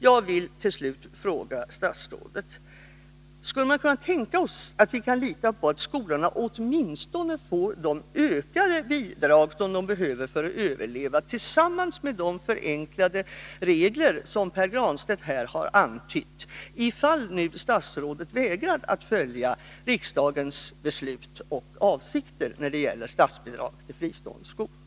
Jag vill till slut fråga statrådet: Kan vi lita på att skolorna åtminstone får de ökade bidrag de behöver för att överleva, tillsammans med de förenklade regler som Pär Granstedt här har antytt, ifall statsrådet nu vägrar att följa riksdagens beslut och avsikter när det gäller statsbidrag till fristående skolor?